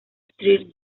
street